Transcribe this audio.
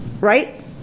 right